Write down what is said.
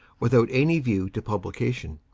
without any view to publication.